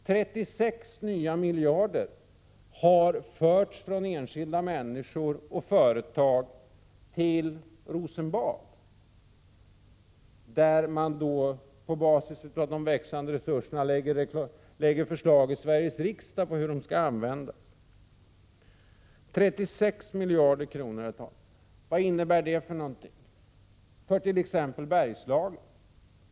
36 nya miljarder har förts från enskilda människor och företag till Rosenbad, där man på basis av de växande resurserna lägger förslag i Sveriges riksdag om hur pengarna skall användas. Vad innebär 36 miljarder kronor för t.ex. Bergslagen?